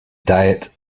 diet